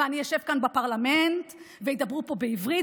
ואני אשב כאן בפרלמנט וידברו פה בעברית,